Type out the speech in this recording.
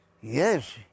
Yes